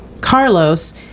carlos